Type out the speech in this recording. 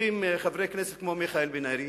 שולחים חברי כנסת כמו מיכאל בן-ארי,